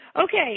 Okay